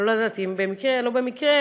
לא יודעת אם במקרה או לא במקרה,